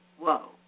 whoa